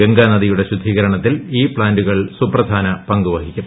ഗംഗാ നദിയുടെ ശുദ്ധീകരണത്തിൽ ഈ പ്താന്റുകൾ സുപ്രധാന പങ്ക് വഹിക്കും